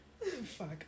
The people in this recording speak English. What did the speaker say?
Fuck